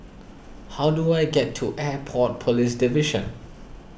how do I get to Airport Police Division